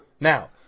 Now